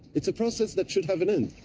it's a process that should have an end.